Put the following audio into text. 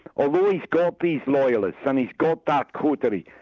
although he's got these loyalists and he's got that coterie,